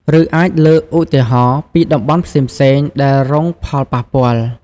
ឬ អាចលើកឧទាហរណ៍ពីតំបន់ផ្សេងៗដែលរងផលប៉ះពាល់។